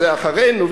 זה אחרינו,